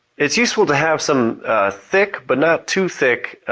it's useful to have some thick, but not too thick,